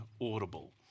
audible